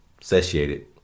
satiated